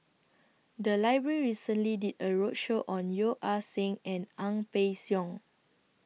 The Library recently did A roadshow on Yeo Ah Seng and Ang Peng Siong